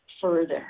further